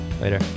Later